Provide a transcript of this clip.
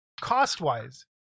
cost-wise